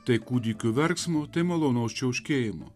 tai kūdikių verksmo tai malonaus čiauškėjimo